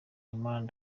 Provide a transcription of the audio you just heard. hamdan